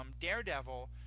Daredevil